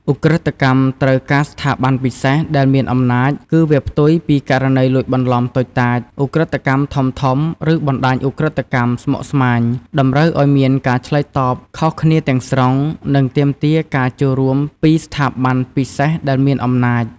ឧក្រិដ្ឋកម្មត្រូវការស្ថាប័នពិសេសដែលមានអំណាច គឺវាផ្ទុយពីករណីលួចបន្លំតូចតាច ឧក្រិដ្ឋកម្មធំៗ ឬបណ្តាញឧក្រិដ្ឋកម្មស្មុគស្មាញ តម្រូវឲ្យមានការឆ្លើយតបខុសគ្នាទាំងស្រុង និងទាមទារការចូលរួមពី ស្ថាប័នពិសេសដែលមានអំណាច។